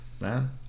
man